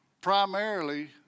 primarily